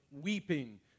Weeping